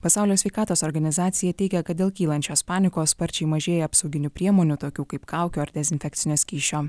pasaulio sveikatos organizacija teigė kad dėl kylančios panikos sparčiai mažėja apsauginių priemonių tokių kaip kaukių ar dezinfekcinio skysčio